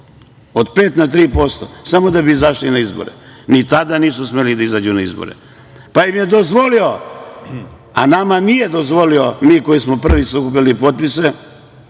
od 5% na 3%, samo da bi izašli na izbore. Ni tada nisu smeli da izađu na izbore. Dozvolio im je, a nama nije dozvolio, nama koji smo prvi sakupljali potpise,